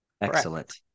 Excellent